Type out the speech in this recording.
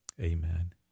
Amen